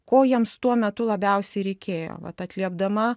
ko jiems tuo metu labiausiai reikėjo vat atliepdama